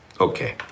Okay